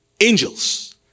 angels